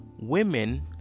women